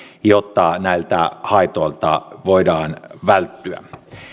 jotta näiltä haitoilta voidaan välttyä